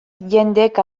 jendek